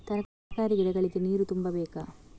ತರಕಾರಿ ಗಿಡಗಳಿಗೆ ನೀರು ತುಂಬಬೇಕಾ?